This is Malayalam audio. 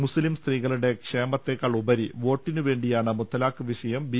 മുസ്ലിം സ്ത്രീകളുടെ ക്ഷേമത്തേക്കാൾ ഉപരി വോട്ടിനുവേണ്ടിയാണ് മുത്തലാഖ് വിഷയം ബി